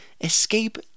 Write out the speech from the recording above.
escape